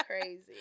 Crazy